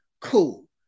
cool